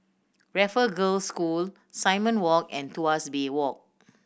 Raffle Girls' School Simon Walk and Tuas Bay Walk